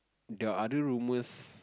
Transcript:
the other rumors